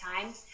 time